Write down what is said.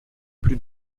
plus